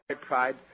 pride